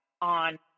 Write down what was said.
on